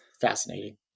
fascinating